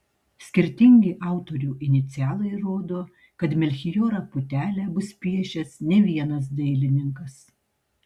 skirtingi autorių inicialai rodo kad melchijorą putelę bus piešęs ne vienas dailininkas